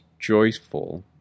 joyful